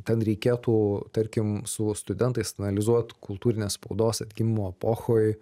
ten reikėtų tarkim su studentais analizuot kultūrinės spaudos atgimimo epochoj